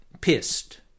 pissed